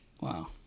Wow